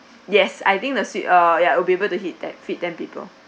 yes I think the suite uh ya will be able to fit that fit ten people